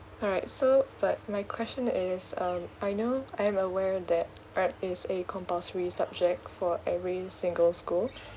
alright so first my question is um I know I'm aware that art is a compulsory subject for every single school